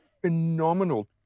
phenomenal